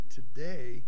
today